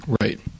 Right